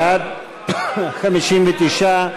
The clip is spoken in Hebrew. בעד, 59,